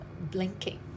blinking